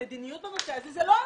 שהמדיניות בנושא זה לא הוא.